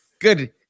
good